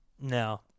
No